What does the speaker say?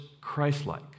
Christ-like